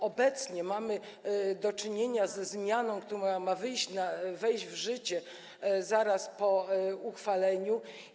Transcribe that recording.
Obecnie mamy do czynienia ze zmianą, która ma wejść w życie zaraz po uchwaleniu.